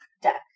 deck